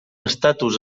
estatus